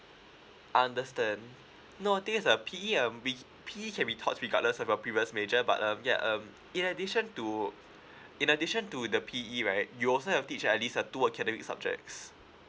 I understand no the thing is uh P_E uh we P_E can be taught regardless of your previous major but um yeah um in addition to in addition to the P_E right you also have to teach uh at least two academic subjects